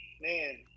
man